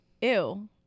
ew